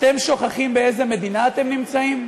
אתם שוכחים באיזו מדינה אתם נמצאים?